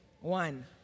one